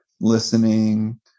listening